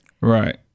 right